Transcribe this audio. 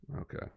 Okay